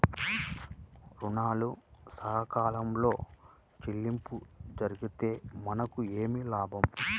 ఋణాలు సకాలంలో చెల్లింపు జరిగితే మనకు ఏమి లాభం?